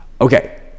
Okay